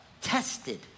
Tested